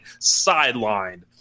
Sidelined